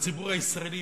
והציבור הישראלי,